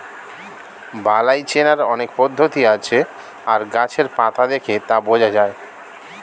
বালাই চেনার অনেক পদ্ধতি আছে আর গাছের পাতা দেখে তা বোঝা যায়